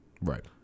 Right